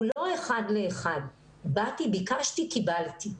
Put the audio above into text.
הוא לא אחד לאחד באתי, ביקשתי, קיבלתי.